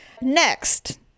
next